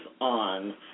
on